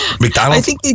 McDonald's